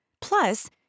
Plus